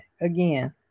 again